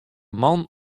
man